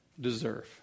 deserve